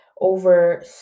over